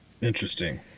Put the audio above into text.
Interesting